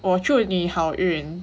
我祝你好运